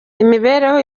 imibereho